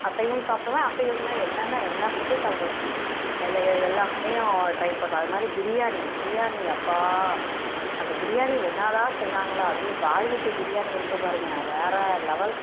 அசைவம் சாப்பிடுவேன் அசைவம் இருக்குதுனா என்னென்ன எல்லா ஃபுட்டும் சாப்பிடுவேன் எல்ல எல்லா ஃபுட்டையும் ட்ரைப் பண்ணுவேன் அதுமாதிரி பிரியாணி பிரியாணி அப்பா அந்த பிரியாணி என்னதான் செய்கிறாங்களோ அதுலேயும் பாய்வீட்டு பிரியாணி இருக்குது பாருங்க வேறு லெவல்